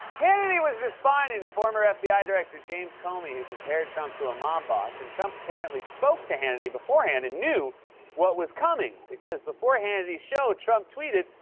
hannity was responding to former ah fbi director james comey who compared trump to a mob boss, and trump apparently spoke to hannity beforehand and knew what was coming, because before hannity's show, trump tweeted.